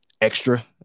extra